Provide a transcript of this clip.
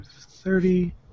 thirty